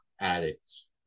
addicts